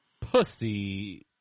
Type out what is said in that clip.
pussy